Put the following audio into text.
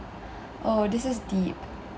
oh this is deep